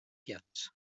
gifts